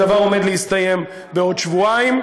הדבר עומד להסתיים בעוד שבועיים,